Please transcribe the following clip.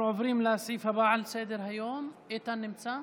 אנחנו עוברים לסעיף הבא על סדר-היום, איתן נמצא?